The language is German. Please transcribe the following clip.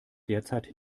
derzeit